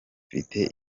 mfite